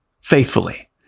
faithfully